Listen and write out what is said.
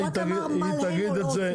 הוא רק אמר מה להם הוא לא עושה.